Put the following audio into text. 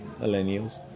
millennials